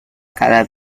cada